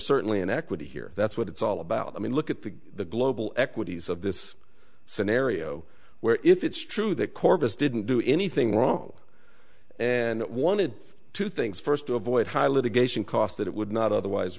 certainly an equity here that's what it's all about i mean look at the global equities of this scenario where if it's true that corpus didn't do anything wrong and one of two things first to avoid high litigation costs that it would not otherwise